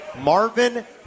Marvin